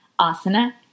asana